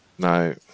no